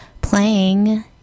playing